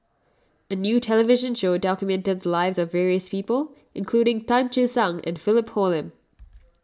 a new television show documented the lives of various people including Tan Che Sang and Philip Hoalim